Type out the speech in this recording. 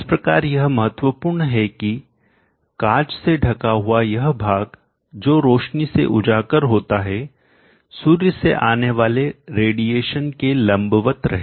इस प्रकार यह महत्वपूर्ण है कि कांच से ढका हुआ यह भाग जो रोशनी से उजागर होता है सूर्य से आने वाले रेडिएशन के लंबवत रहे